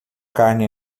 carne